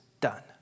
done